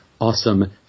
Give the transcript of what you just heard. awesome